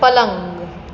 પલંગ